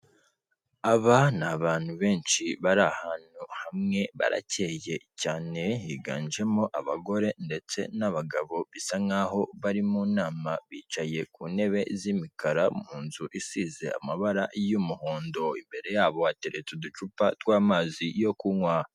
Aba ni abantu benshi bari ahantu hamwe barakeye cyane, higanjemo abagore ndetse n'abagabo bisa nk'aho bari mu nama bicaye ku ntebe z'imikara mu nzu isize amabara y'umuhondo, imbere yabo atereretse uducupa tw'amazi yo kunywa.